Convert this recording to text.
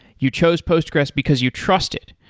you chose postgressql because you trust it.